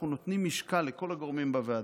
אנחנו נותנים משקל לכל הגורמים בוועדה,